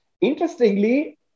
Interestingly